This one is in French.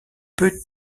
peu